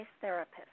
therapist